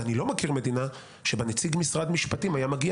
ואני לא מכיר מדינה שבה נציג משרד משפטים היה מגיע